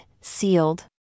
sealed